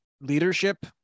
leadership